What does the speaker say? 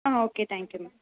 ah okay thank you ma'am